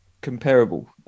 comparable